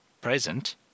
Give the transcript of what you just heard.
present